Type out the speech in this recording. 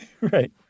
Right